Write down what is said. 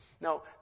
Now